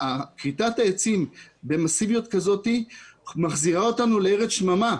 כריתת העצים מסיביות כזאת מחזירה אותנו לארץ שממה.